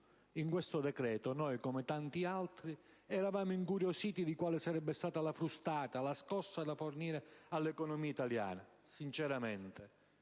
In questo decreto noi, come tanti altri, eravamo incuriositi da quale sarebbe stata la frustata, la scossa da fornire all'economia italiana. Sinceramente